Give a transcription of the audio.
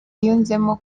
yunzemo